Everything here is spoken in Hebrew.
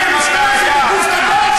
תתמודדו עם הבעיה.